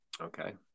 Okay